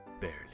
Barely